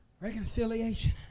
Reconciliation